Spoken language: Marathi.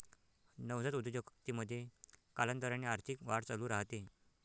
नवजात उद्योजकतेमध्ये, कालांतराने आर्थिक वाढ चालू राहते